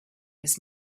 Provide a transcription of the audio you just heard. his